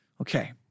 okay